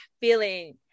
feeling